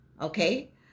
okay